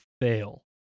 fail